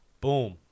Boom